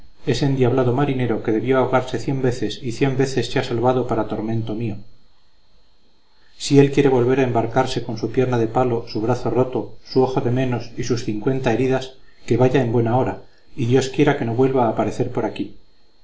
ese endiablado marinero que debió ahogarse cien veces y cien veces se ha salvado para tormento mío si él quiere volver a embarcarse con su pierna de palo su brazo roto su ojo de menos y sus cincuenta heridas que vaya en buen hora y dios quiera que no vuelva a parecer por aquí